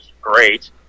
great